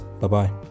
Bye-bye